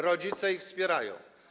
Rodzice ich wspierają.